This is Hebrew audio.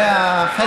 זה החלק,